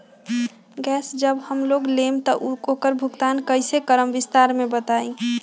Gas जब हम लोग लेम त उकर भुगतान कइसे करम विस्तार मे बताई?